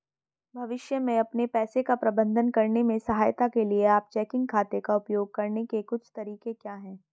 भविष्य में अपने पैसे का प्रबंधन करने में सहायता के लिए आप चेकिंग खाते का उपयोग करने के कुछ तरीके क्या हैं?